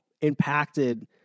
impacted